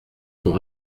sont